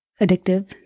addictive